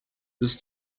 this